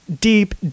deep